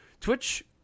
twitch